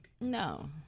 No